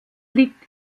liegt